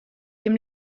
dem